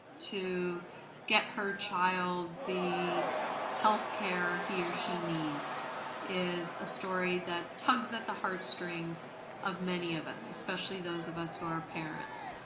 to get her child the health care he or she needs is a story that tugs at the heart strings of many of us, especially those of us who are parents.